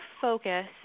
focus